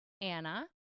anna